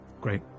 Great